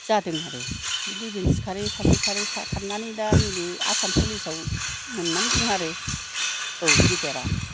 जादों आरो दिफेन्स खारै खारै खारै खारनानै दा नैबे आसाम फुलिसाव मोननानै दं आरो औ गेदेदआ